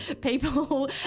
people